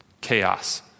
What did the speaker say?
chaos